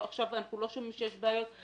היום אנחנו לא שומעים שיש בעיות,